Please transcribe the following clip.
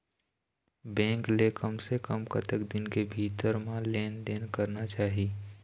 Bank ले कम से कम कतक दिन के भीतर मा लेन देन करना चाही?